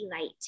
light